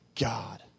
God